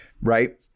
Right